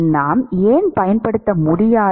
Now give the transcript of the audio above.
நாம் ஏன் பயன்படுத்த முடியாது